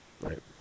Right